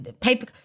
paper